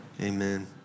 amen